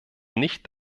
nicht